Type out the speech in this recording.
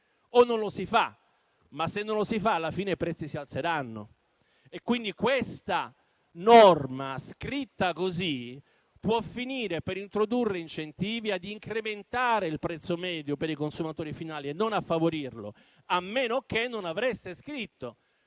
o non lo si farà. Ma, se non lo si farà, alla fine i prezzi si alzeranno. Quindi questa norma, scritta così, può finire per introdurre incentivi ad incrementare il prezzo medio per i consumatori finali e non a favorirlo, a meno che non aveste scritto